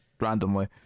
randomly